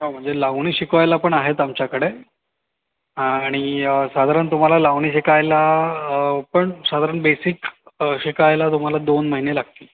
हो म्हणजे लावणी शिकवायला पण आहेत आमच्याकडे आणि साधारण तुम्हाला लावणी शिकायला पण साधारण बेसिक शिकायला तुम्हाला दोन महिने लागतील